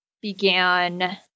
began